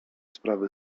sprawy